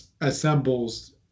assembles